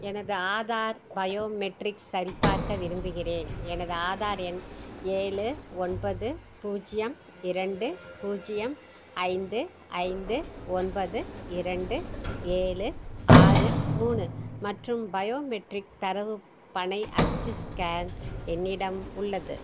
எனது ஆதார் பயோமெட்ரிக்ஸ் சரிபார்க்க விரும்புகிறேன் எனது ஆதார் எண் ஏழு ஒன்பது பூஜ்ஜியம் இரண்டு பூஜ்ஜியம் ஐந்து ஐந்து ஒன்பது இரண்டு ஏழு ஆறு மூணு மற்றும் பயோமெட்ரிக் தரவு பனை அச்சு ஸ்கேன் என்னிடம் உள்ளது